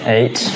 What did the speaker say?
Eight